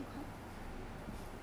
通常 like like